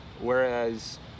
whereas